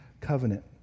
covenant